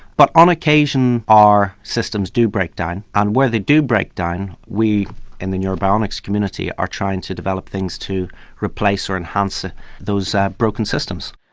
but on occasions our systems do break down and where they do break down we in the neurobionics community are trying to develop things to replace or enhance those broken systems.